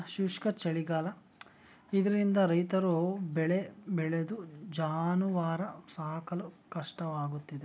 ಶುಷ್ಕ ಚಳಿಗಾಲ ಇದರಿಂದ ರೈತರು ಬೆಳೆ ಬೆಳೆದು ಜಾನುವಾರು ಸಾಕಲು ಕಷ್ಟವಾಗುತ್ತಿದೆ